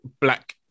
black